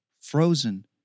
frozen